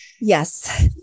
Yes